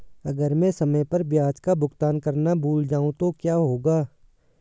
अगर मैं समय पर ब्याज का भुगतान करना भूल जाऊं तो क्या होगा?